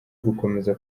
gukomeza